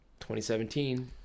2017